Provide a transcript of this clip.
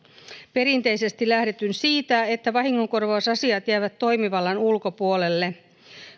perinteisesti on lähdetty siitä että vahingonkorvausasiat jäävät toimivallan ulkopuolelle